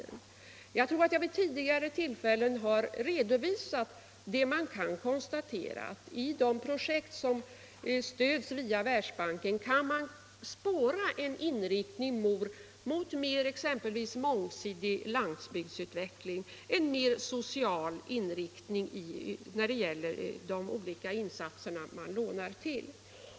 Men jag tror att jag vid tidigare tillfällen har redovisat att man i de projekt som stöds via Världsbanken kan spåra en inriktning mot mer mångsidig landsbygdsutveckling och en mer social inriktning av de olika insatser som lånen går till.